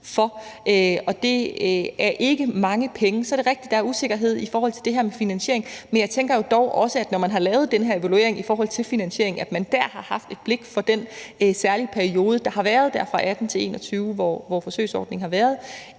for, og det er ikke mange penge. Så er det rigtigt, at der er usikkerhed i forhold til det her med finansiering, men jeg tænker jo dog også, at når man har lavet den her evaluering i forhold til finansiering, har man der haft et blik for den særlige periode, der har været der fra 2018-2021, hvor forsøgsordningen har været,